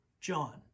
John